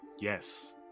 Yes